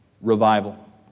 revival